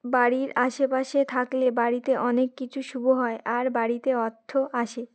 বাড়ির আশেপাশে থাকলে বাড়িতে অনেক কিছু শুভ হয় আর বাড়িতে অর্থ আসে